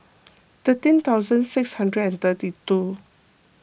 thirteen thousand six hundred and thirty two